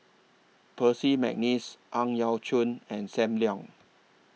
Percy Mcneice Ang Yau Choon and SAM Leong